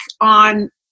on